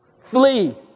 Flee